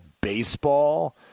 baseball